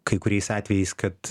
kai kuriais atvejais kad